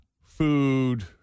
food